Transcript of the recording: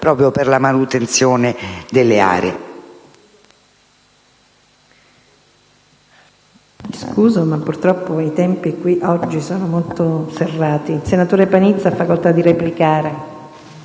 proprio per la manutenzione delle aree...